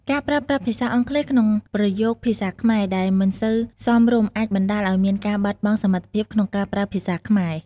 ការប្រើប្រាស់ពាក្យអង់គ្លេសក្នុងប្រយោគភាសាខ្មែរដែលមិនសូវសមរម្យអាចបណ្តាលឱ្យមានការបាត់បង់សមត្ថភាពក្នុងការប្រើភាសាខ្មែរ។